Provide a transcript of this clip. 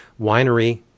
Winery